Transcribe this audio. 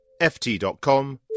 ft.com